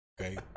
Okay